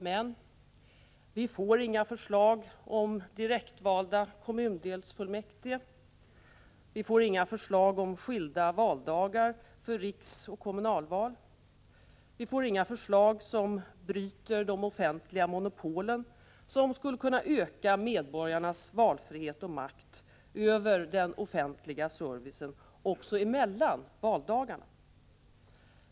Men vi får inga förslag om direktvalda kommundelsfullmäktige. Vi får inga förslag om skilda valdagar för riksdagsoch kommunalval. Vi får inga förslag som bryter det offentliga monopolet, som skulle kunna öka medborgarnas valfrihet och makt över den offentliga servicen också mellan valdagarna.